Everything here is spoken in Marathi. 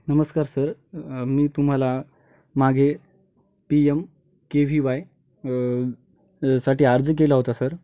नमस्कार सर मी तुम्हाला मागे P M K V Y साठी अर्ज केला होता सर